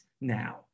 now